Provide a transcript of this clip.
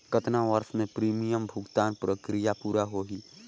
कतना वर्ष मे प्रीमियम भुगतान प्रक्रिया पूरा होही?